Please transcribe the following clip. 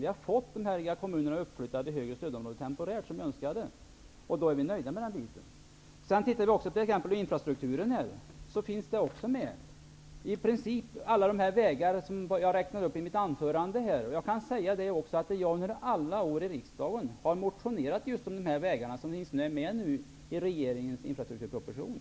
Vi har fått dessa kommuner temporärt uppflyttade i högre stödområden. Vi är nöjda med det. Även infrastrukturen finns med här. I princip alla de vägar som jag räknade upp i mitt anförande finns med. Under alla år har jag i riksdagen motionerat om just dessa vägar, som nu finns med i regeringens infrastrukturproposition.